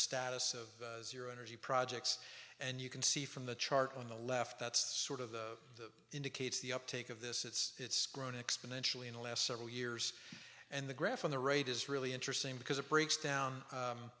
status of energy projects and you can see from the chart on the left that sort of the indicates the uptake of this it's grown exponentially in the last several years and the graph on the rate is really interesting because it breaks down